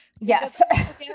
Yes